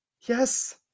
Yes